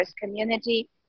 Community